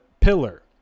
pillar